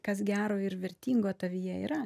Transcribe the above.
kas gero ir vertingo tavyje yra